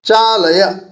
चालय